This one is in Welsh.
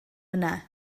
yna